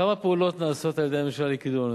כמה פעולות נעשות על-ידי הממשלה לקידום הנושא.